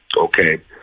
okay